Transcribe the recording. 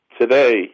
Today